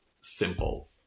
simple